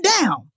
down